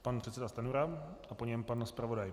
Pan předseda Stanjura a po něm pan zpravodaj.